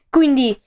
Quindi